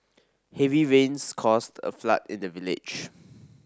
heavy rains caused a flood in the village